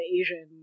Asian